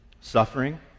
Suffering